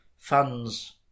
funds